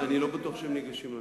אני לא בטוח שהם ניגשים למבחנים.